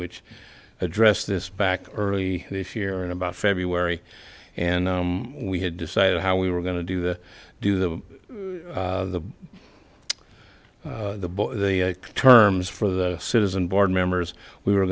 which addressed this back early this year and about february and we had decided how we were going to do the do the the the terms for the citizen board members we were